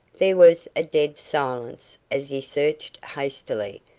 there was a dead silence as he searched hastily,